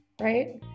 right